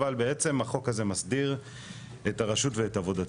אבל בעצם החוק הזה מסדיר את הרשות ואת עבודתה.